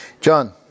John